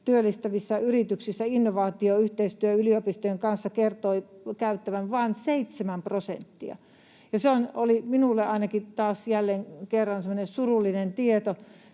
työllistävistä yrityksistä innovaatioyhteistyötä yliopistojen kanssa kertoi käyttävänsä vain seitsemän prosenttia. Se oli minulle ainakin taas jälleen kerran semmoinen surullinen tieto